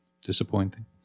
disappointing